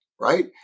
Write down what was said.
Right